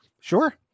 Sure